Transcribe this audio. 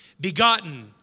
begotten